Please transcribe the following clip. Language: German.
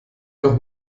noch